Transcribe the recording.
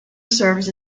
serves